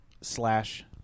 slash